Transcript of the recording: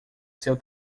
seu